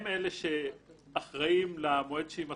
הם אלה שאחראים למועד שהיא מתחילה,